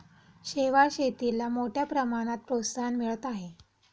शेवाळ शेतीला मोठ्या प्रमाणात प्रोत्साहन मिळत आहे